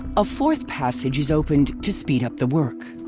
a fourth passage is opened to speed up the work.